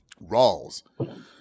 Rawls